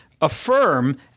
affirm